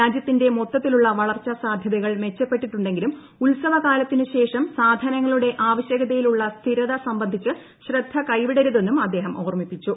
രാജ്യത്തിന്റെ മൊത്തത്തിലുള്ള വളർച്ച സാധ്യതകൾ മെച്ചപ്പെട്ടിട്ടുണ്ടെങ്കിലും ഉത്സവ കാലത്തിനു ശേഷം സാധനങ്ങളുടെ ആവശ്യകതയിൽ ഉള്ള സ്ഥിരത സംബന്ധിച്ച് ശ്രദ്ധ കൈവിടരുതെന്നും അദ്ദേഹം ഓർമ്മിപ്പിച്ചു